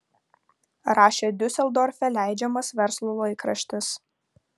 rašė diuseldorfe leidžiamas verslo laikraštis